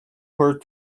her